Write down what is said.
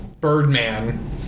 Birdman